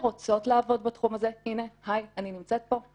שרוצות לעבוד בתחום הזה הנה, הי, אני נמצאת פה,